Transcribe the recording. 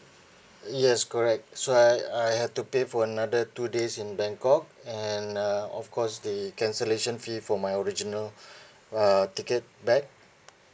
yes correct so I I had to pay for another two days in bangkok and uh of course the cancellation fee for my original uh ticket back